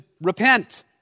repent